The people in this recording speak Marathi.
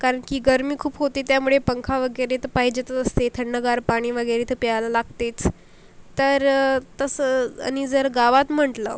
कारण की गरमी खूप होते त्यामुळे पंखा वगैरे तर पाहिजेतच असते थंडगार पाणी वगैरे ते प्यायला लागतेच तर तसं आणि जर गावात म्हंटलं